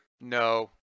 No